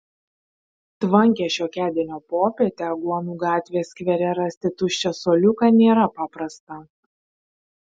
tvankią šiokiadienio popietę aguonų gatvės skvere rasti tuščią suoliuką nėra paprasta